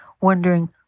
wondering